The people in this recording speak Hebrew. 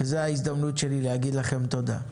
זו ההזדמנות שלי לומר לכם תודה.